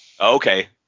Okay